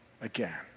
again